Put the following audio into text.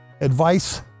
advice